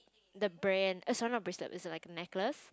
the brand oh sorry not bracelet it's like necklace